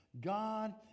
God